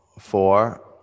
Four